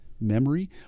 memory